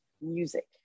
music